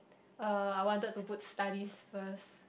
uh I wanted to put studies first